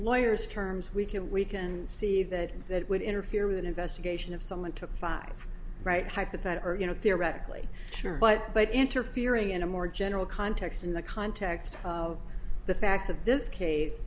lawyers terms we can we can see that that would interfere with an investigation of someone took five right type of that are you know theoretically sure but but interfering in a more general context in the context of the facts of this case